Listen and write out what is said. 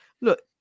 look